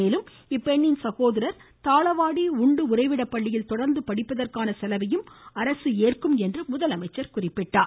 மேலும் அப்பெண்ணின் சகோதரர் தாளவாடி உண்டு உறைவிட பள்ளியில் தொடர்ந்து படிப்பதற்கான செலவையும் அரசு ஏற்கும் என்றார்